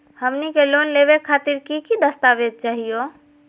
हमनी के लोन लेवे खातीर की की दस्तावेज चाहीयो?